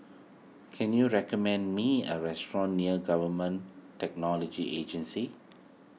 can you recommend me a restaurant near Government Technology Agency